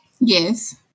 Yes